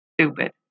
stupid